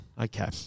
Okay